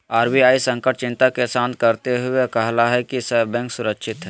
RBI संकट चिंता के शांत करते हुए कहलकय कि सब बैंक सुरक्षित हइ